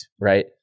right